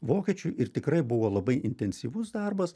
vokiečių ir tikrai buvo labai intensyvus darbas